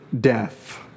death